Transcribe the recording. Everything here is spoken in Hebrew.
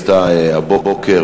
הבוקר,